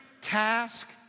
task